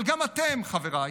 אבל גם אתם, חבריי,